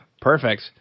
perfect